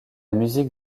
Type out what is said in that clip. musique